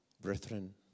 Brethren